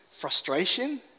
Frustration